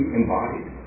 embodied